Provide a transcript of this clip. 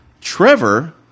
Trevor